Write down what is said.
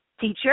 teacher